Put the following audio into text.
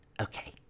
Okay